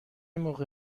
موقع